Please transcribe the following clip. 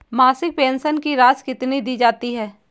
मासिक पेंशन की राशि कितनी दी जाती है?